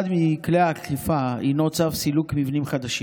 אחד מכלי האכיפה הוא צו סילוק מבנים חדשים,